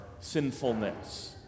sinfulness